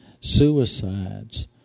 suicides